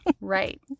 Right